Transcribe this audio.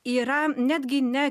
yra netgi ne